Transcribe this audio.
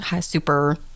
super